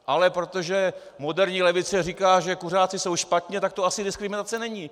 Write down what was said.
Ale protože moderní levice říká, že kuřáci jsou špatní, tak to asi diskriminace není.